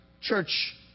church